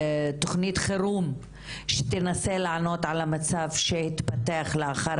חירום שתנסה לענות על המצב שהתפתח לאחר